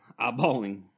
eyeballing